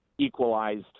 equalized